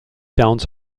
towns